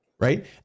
right